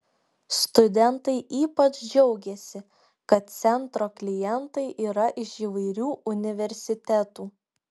studentai ypač džiaugėsi kad centro klientai yra iš įvairių universitetų